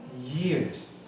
years